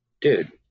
dude